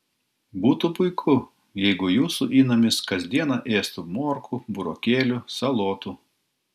būtų puiku jei jūsų įnamis kas dieną ėstų morkų burokėlių salotų